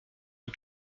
que